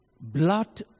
blood